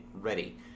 ready